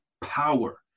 power